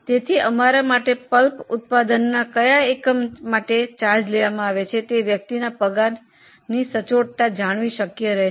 તેથી તે વ્યક્તિના પગારને કયા પલ્પ ઉત્પાદનના એકમમાં ઉમેરી શકાય તે જાણવું શક્ય નથી